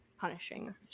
punishing